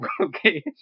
Okay